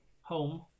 home